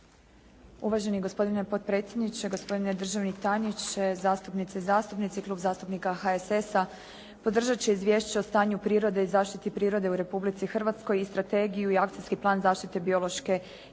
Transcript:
Uvaženi gospodine potpredsjedniče, gospodine državni tajniče, zastupnice i zastupnici. Klub zastupnika HSS-a podržati će Izvješće o stanju prirode i zaštiti prirode u Republici Hrvatskoj i strategiju i akcijski plan zaštite biološke i krajobrazne